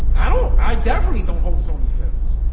i don't i definitely don't hope so many films